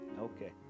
Okay